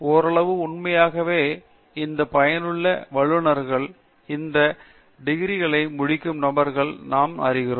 ஓரளவு உண்மையாகவே இந்த பகுதியிலுள்ள வல்லுநர்களாக இந்த டிகிரிகளை முடிக்கும் நபர்களை நாங்கள் அறிவோம்